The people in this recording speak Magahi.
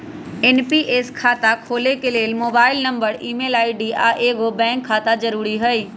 एन.पी.एस खता खोले के लेल मोबाइल नंबर, ईमेल आई.डी, आऽ एगो बैंक खता जरुरी हइ